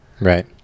Right